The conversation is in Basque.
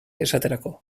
esaterako